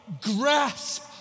grasp